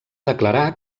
declarar